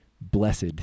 blessed